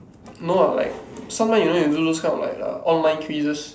no ah like sometime you know you do those kind of like uh like online quizzes